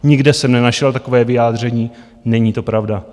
Nikde jsem nenašel takové vyjádření, není to pravda.